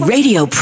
Radio